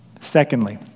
Secondly